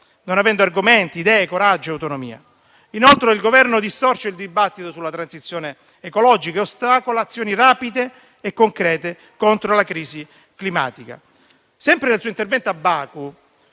non avendo argomenti, idee, coraggio e autonomia. Inoltre, il Governo distorce il dibattito sulla transizione ecologica e ostacola azioni rapide e concrete contro la crisi climatica. Sempre nel suo intervento a Baku,